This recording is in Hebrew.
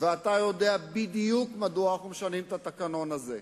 אתה יודע בדיוק מדוע אנחנו משנים את התקנון הזה.